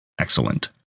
excellent